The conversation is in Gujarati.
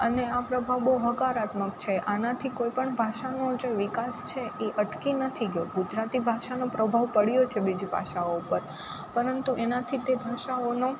અને આ પ્રભાવ બહુ હકારાત્મક છે આનાથી કોઈપણ ભાષાનો જે વિકાસ છે એ અટકી નથી ગયો ગુજરાતી ભાષાનો પ્રભાવ છે એ પડ્યો છે બીજી ભાષાઓ ઉપર પરંતુ એનાથી તે ભાષાઓનો